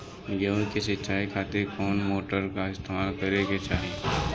गेहूं के सिंचाई खातिर कौन मोटर का इस्तेमाल करे के चाहीं?